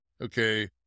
okay